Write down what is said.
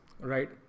right